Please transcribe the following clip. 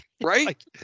Right